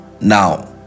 now